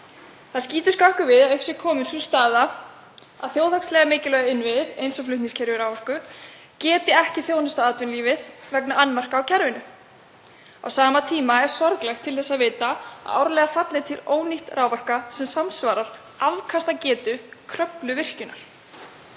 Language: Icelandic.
Það skýtur skökku við að upp sé komin sú staða að þjóðhagslega mikilvægir innviðir eins og flutningskerfi raforku geti ekki þjónustað atvinnulífið vegna annmarka á kerfinu. Á sama tíma er sorglegt til þess að vita að árlega falli til ónýtt raforka sem samsvarar afkastagetu Kröfluvirkjunar.